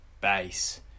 base